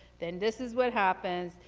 then this is what happens,